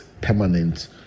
permanent